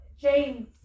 James